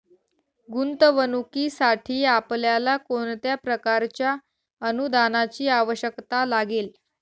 गुंतवणुकीसाठी आपल्याला कोणत्या प्रकारच्या अनुदानाची आवश्यकता लागेल?